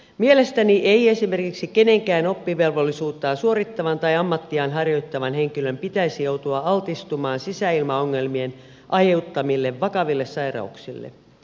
mielestäni ei esimerkiksi kenenkään oppivelvollisuuttaan suorittavan tai ammattiaan harjoittavan henkilön pitäisi joutua altistumaan sisäilmaongelmien aiheuttamille vakaville sairauksille